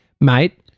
mate